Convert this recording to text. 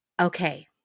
Okay